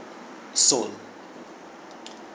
seoul